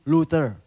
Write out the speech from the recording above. Luther